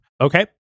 okay